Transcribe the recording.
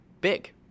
big